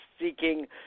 seeking